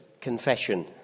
confession